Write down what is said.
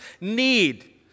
need